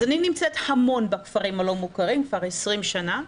אז אני נמצאת המון בכפרים הלא מוכרים, כבר 20 שנה,